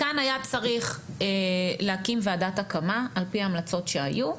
מכאן היה צריך להקים ועדת הקמה על פי ההמלצות שהיו,